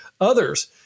others